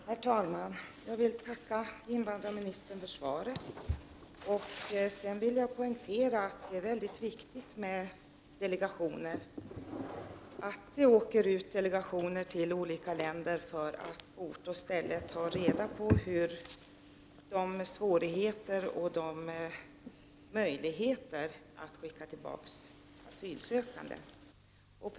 Herr talman! Jag vill tacka invandrarministern för svaret. Jag vill poängtera att det är väldigt viktigt att det reser delegationer till olika länder för att på ort och ställe sätta sig in i svårigheterna och försöka bedöma situationen för asylsökande som kan komma att skickas tillbaka.